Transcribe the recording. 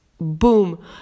Boom